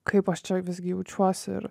kaip aš čia visgi jaučiuos ir